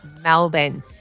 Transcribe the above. Melbourne